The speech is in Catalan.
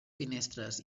finestres